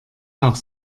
auch